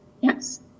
Yes